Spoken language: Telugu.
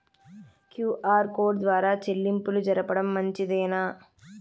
క్యు.ఆర్ కోడ్ ద్వారా చెల్లింపులు జరపడం మంచిదేనా?